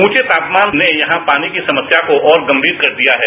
ऊंचे तापमान ने यहां पानी की समस्या को और गंभीर कर दिया है